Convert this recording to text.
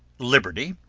liberty,